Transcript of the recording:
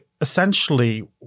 essentially